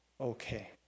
Okay